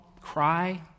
cry